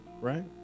right